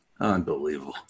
Unbelievable